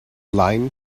line